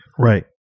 Right